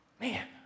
Man